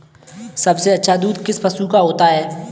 सबसे अच्छा दूध किस पशु का होता है?